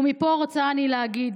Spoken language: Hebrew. ומפה רוצה אני להגיד: